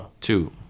Two